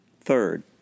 Third